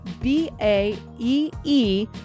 B-A-E-E